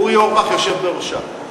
אורי אורבך יושב בראשה.